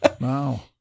Wow